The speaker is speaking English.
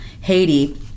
Haiti